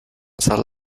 cell